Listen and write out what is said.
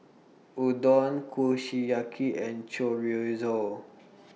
Udon Kushiyaki and Chorizo